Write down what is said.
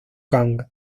kang